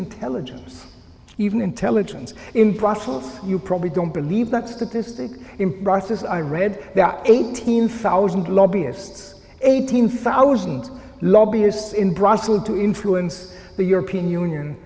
intelligence even intelligence in praful you probably don't believe that statistic in prices i read that eighteen thousand lobbyists eighteen thousand lobbyists in brussels to influence the european union